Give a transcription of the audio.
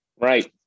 Right